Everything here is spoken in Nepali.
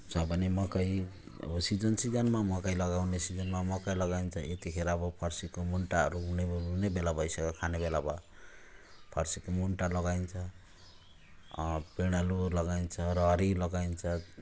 छ भने मकै अब सिजन सिजनमा मकै लगाउने सिजनमा मकै लगाइन्छ यतिखेर अब फर्सीको मुन्टाहरू हुने हुने बेला भइसक्यो खाने बेला भयो फर्सीको मुन्टा लगाइन्छ पिँडालु लगाइन्छ रहरी लगाइन्छ